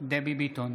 דבי ביטון,